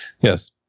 Yes